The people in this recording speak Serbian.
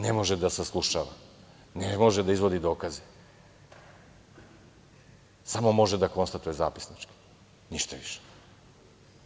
Ne može da saslušava, ne može da izvodi dokaze, samo može da konstatuje zapisnički, ništa višem.